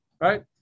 right